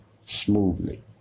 smoothly